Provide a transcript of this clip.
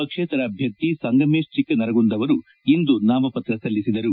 ಪಕ್ಷೇತರ ಅಭ್ಲರ್ಥಿ ಸಂಗಮೇಶ್ ಚಿಕ್ಕನರಗುಂದ್ ಅವರು ಇಂದು ನಾಮಪತ್ರ ಸಲ್ಲಿಸಿದರು